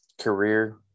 career